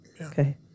Okay